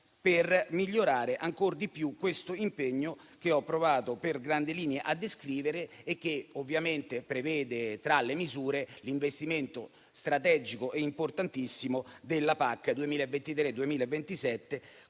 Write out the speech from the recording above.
per migliorare ancor di più questo impegno, che ho provato, per grandi linee, a descrivere e che, ovviamente, prevede tra le misure l'investimento strategico e importantissimo della PAC 2023-2027,